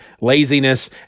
laziness